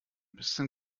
bisschen